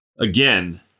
Again